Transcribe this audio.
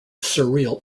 surreal